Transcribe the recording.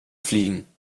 fliegen